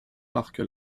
marque